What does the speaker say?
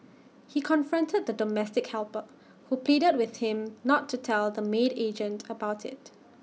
he confronted the domestic helper who pleaded with him not to tell the maid agent about IT